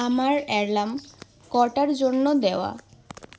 আমার অ্যালার্ম কটার জন্য দেওয়া